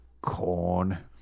corn